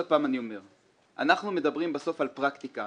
אנחנו מדבירם על פרקטיקה,